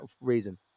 reason